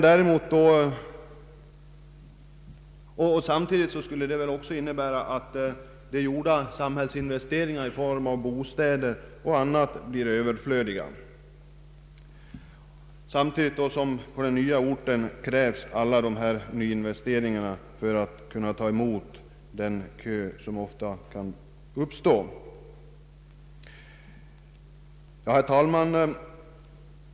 Flyttningen skulle också innebära att gjorda samhällsinvesteringar i bostäder m.m. blir överflödiga, samtidigt som det på den nya orten krävs nyinvesteringar för att den skall kunna ta emot den kö som ofta kan uppstå. Herr talman!